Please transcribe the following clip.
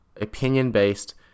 opinion-based